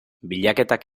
bilaketak